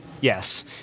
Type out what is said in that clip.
yes